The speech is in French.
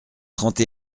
trente